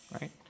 right